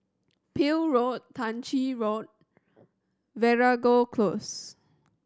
Peel Road Tah Ching Road Veeragoo Close